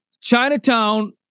chinatown